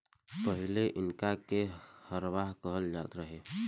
पहिले इनका के हरवाह कहल जात रहे